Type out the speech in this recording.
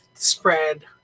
Spread